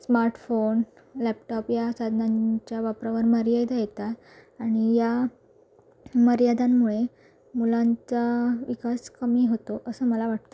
smartphone laptop या साधनांच्या वापरावर मर्यादा येतात आणि या मर्यादांमुळे मुलांचा विकास कमी होतो असं मला वाटतं